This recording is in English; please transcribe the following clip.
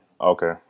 Okay